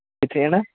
ਕਿੱਥੇ ਜਾਣਾ